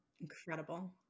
incredible